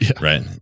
right